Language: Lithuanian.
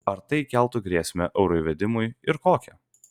ar tai keltų grėsmę euro įvedimui ir kokią